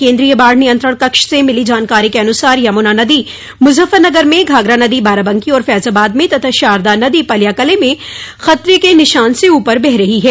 केन्द्रीय बाढ़ नियंत्रण कक्ष से मिली जानकारी के अनुसार यमुना नदी मुजफ्फरनगर में घाघरा नदी बाराबंकी और फैजाबाद में तथा शारदा नदी पलियाकलां में खतरे के निशान से ऊपर बह रही है